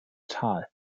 tal